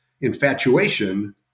infatuation